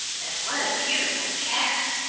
and what a beautiful cat!